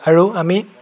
আৰু আমি